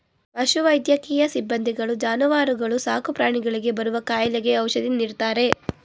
ಪಶು ವೈದ್ಯಕೀಯ ಸಿಬ್ಬಂದಿಗಳು ಜಾನುವಾರುಗಳು ಸಾಕುಪ್ರಾಣಿಗಳಿಗೆ ಬರುವ ಕಾಯಿಲೆಗೆ ಔಷಧಿ ನೀಡ್ತಾರೆ